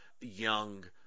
young